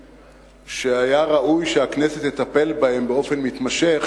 שהיה ראוי שהכנסת תטפל בהם באופן מתמשך,